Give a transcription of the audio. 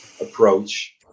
approach